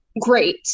great